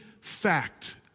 fact